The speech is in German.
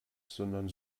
sondern